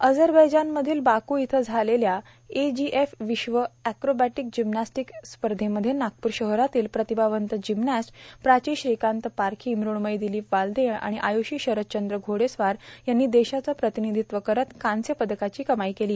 अझरबैजानमधील Baku इथंझालेल्या AGF विश्व acrobatic gymnastic स्पर्धेम ध्ये नागप्र शहरातील प्रतिभावंत जिम्नॅस्ट प्राची श्रीकांत पारखी मण्मयी दिलीप वाल दे आणि आय्षी शरदचंद्र घोडेस्वार यांनी देशाचं प्रतिनिधित्व करीत कांस्यपदका ची कमाई केली